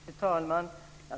Fru talman!